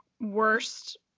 worst